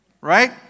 right